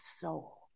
soul